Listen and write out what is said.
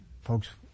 Folks